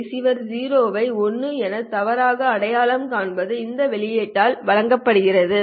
receiver 0 ஐ 1 என தவறாக அடையாளம் காண்பது இந்த வெளிப்பாட்டால் வழங்கப்படுகிறது